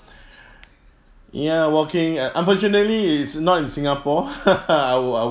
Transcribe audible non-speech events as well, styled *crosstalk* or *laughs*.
ya walking uh unfortunately it's not in singapore *laughs* I would I